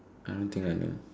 I don't think I know